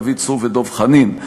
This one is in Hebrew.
דוד צור ודב חנין.